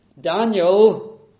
Daniel